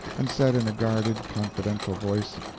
and said in a guarded, confidential voice,